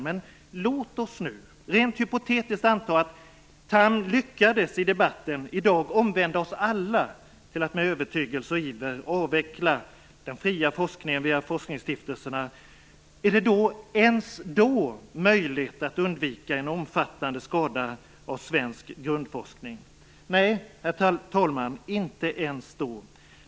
Men låt oss rent hypotetiskt anta att Tham lyckades i debatten i dag att omvända oss alla till att med övertygelse och iver avveckla den fria forskningen via forskningsstiftelserna. Vore det ens då möjligt att undvika en omfattande skada på svenska grundforskning? Herr talman! Nej, inte ens då.